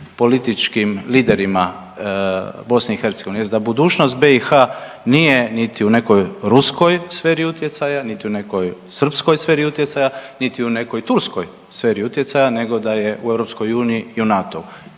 političkim liderima BiH jest da budućnost BiH nije niti u nekoj ruskoj sferi utjecaja, niti u nekoj srpskoj sferi utjecaja, niti u nekoj turskoj sferi utjecaja nego da je u EU i u NATO-u